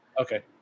Okay